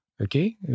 okay